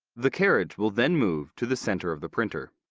the carriage will then move to the center of the printer.